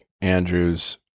Andrew's